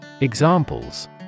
Examples